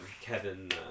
kevin